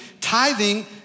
Tithing